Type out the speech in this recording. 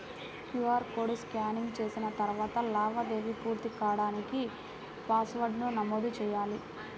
QR code scanning చేసిన తరువాత లావాదేవీ పూర్తి కాడానికి పాస్వర్డ్ను నమోదు చెయ్యాలి